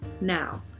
Now